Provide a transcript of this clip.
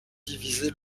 divisé